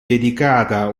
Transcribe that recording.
dedicata